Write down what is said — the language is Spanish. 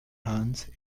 hans